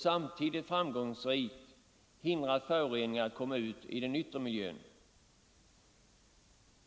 som tekniken framgångsrikt har hindrat förore ningar att komma ut i den yttre miljön.